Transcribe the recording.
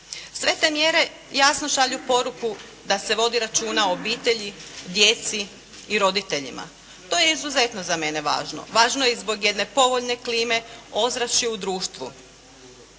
Sve te mjere jasno šalju poruku da se vodi računa o obitelji, djeci i roditeljima. To je izuzetno za mene važno. Važno je i zbog jedne povoljne klime, ozračja u društvu.